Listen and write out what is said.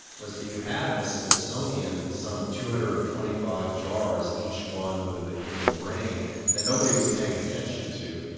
was that you had in the smithsonian some two hundred and twenty five jars each one with a human brain that nobody was paying attention to.